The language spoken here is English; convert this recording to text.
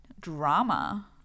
drama